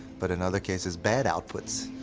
but in other cases bad outputs,